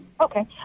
Okay